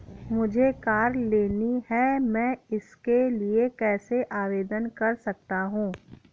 मुझे कार लेनी है मैं इसके लिए कैसे आवेदन कर सकता हूँ?